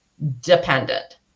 dependent